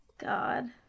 God